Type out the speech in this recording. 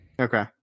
Okay